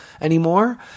anymore